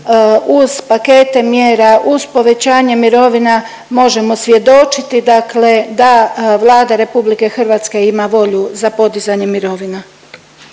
uz pakete mjera, uz povećanje mirovina možemo svjedočiti dakle da Vlada RH ima volju za podizanje mirovina.